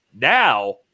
now